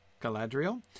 Galadriel